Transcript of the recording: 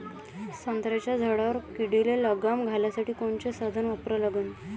संत्र्याच्या झाडावर किडीले लगाम घालासाठी कोनचे साधनं वापरा लागन?